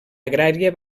agrària